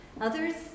Others